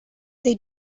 they